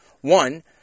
one